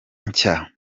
nshya